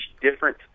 different